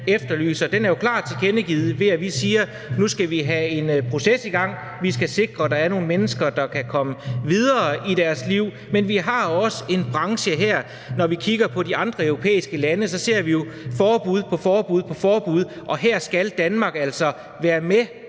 efterlyser, er jo klart tilkendegivet ved, at vi siger, at nu skal vi have en proces i gang. Vi skal sikre, at der er nogle mennesker, der kan komme videre i deres liv. Men vi har også en branche her, og når vi kigger på de andre europæiske lande, ser vi jo forbud på forbud. Her skal Danmark altså være med